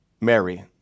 Mary